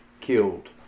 killed